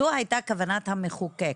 זו הייתה כוונת המחוקק.